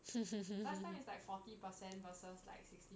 是是是: shi shi shi last time is like forty percent versus like sixty